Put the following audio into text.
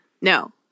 No